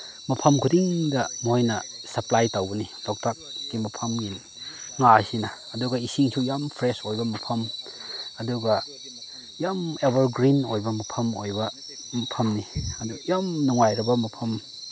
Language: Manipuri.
ꯃꯐꯝ ꯈꯨꯗꯤꯡꯗ ꯃꯣꯏꯅ ꯁꯄ꯭ꯂꯥꯏ ꯇꯧꯕꯅꯤ ꯂꯣꯛꯇꯥꯛꯀꯤ ꯃꯐꯝꯒꯤ ꯉꯥꯁꯤꯅ ꯑꯗꯨꯒ ꯏꯁꯤꯡꯁꯨ ꯌꯥꯝ ꯐ꯭ꯔꯦꯁ ꯑꯣꯏꯕ ꯃꯐꯝ ꯑꯗꯨꯒ ꯌꯥꯝ ꯑꯦꯕꯔ ꯒ꯭ꯔꯤꯟ ꯑꯣꯏꯕ ꯃꯐꯝ ꯑꯣꯏꯕ ꯃꯐꯝꯅꯤ ꯑꯗꯨ ꯌꯥꯝ ꯅꯨꯡꯉꯥꯏꯔꯕ ꯃꯐꯝ